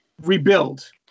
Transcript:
rebuild